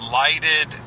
lighted